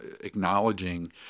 acknowledging